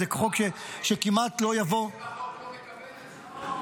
זה חוק שכמעט לא יבוא --- בעצם החוק לא מקבל את זה.